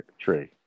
tree